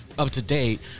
up-to-date